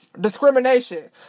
discrimination